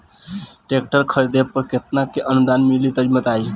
Tractor खरीदे पर कितना के अनुदान मिली तनि बताई?